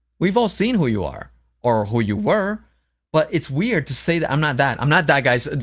we've all seen who you are or who you were but it's weird to say that, i'm not that, i'm not that, guys,